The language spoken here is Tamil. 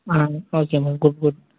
ah okay ma'am good good